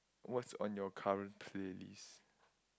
what's on your current playlist